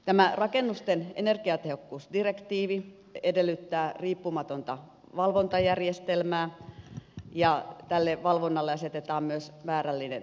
tämä rakennusten energiatehokkuusdirektiivi edellyttää riippumatonta valvontajärjestelmää ja valvonnalle asetetaan myös määrällinen velvoite